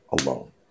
alone